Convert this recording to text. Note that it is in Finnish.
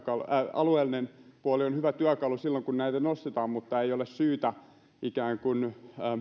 alueellinen puoli on hyvä työkalu silloin kun näitä puretaan mutta ei ole syytä ikään kuin